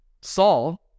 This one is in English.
Saul